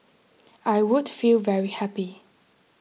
I would feel very happy